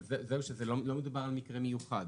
אבל לא מדובר על מקרה מיוחד,